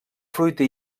fruita